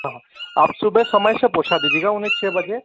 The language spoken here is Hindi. हाँ हाँ आप सूबह समय से पहुंचा दीजिए छः बजे